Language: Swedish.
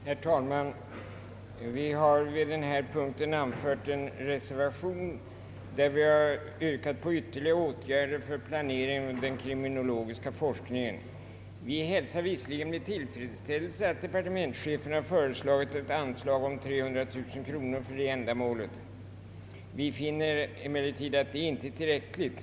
Herr talman! Vi har vid denna punkt anfört en reservation där vi yrkar på ytterligare åtgärder för planering av den kriminologiska forskningen. Vi hälsar visserligen med tillfredsställelse att departementschefen begärt ett anslag på 300 000 kronor för ändamålet, men vi finner att detta inte är tillräckligt.